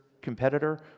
competitor